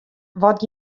wat